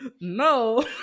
no